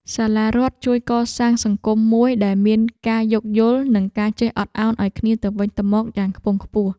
សាលារដ្ឋជួយកសាងសង្គមមួយដែលមានការយោគយល់និងការចេះអត់ឱនឱ្យគ្នាទៅវិញទៅមកយ៉ាងខ្ពង់ខ្ពស់។